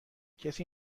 کسی